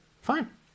Fine